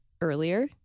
earlier